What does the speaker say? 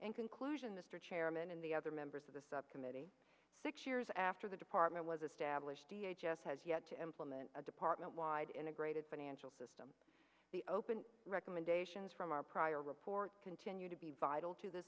and conclusion the chairman and the other members of the subcommittee six years after the department was established has yet to implement a department wide integrated financial system the open recommendations from our prior report continue to be vital to the